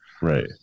Right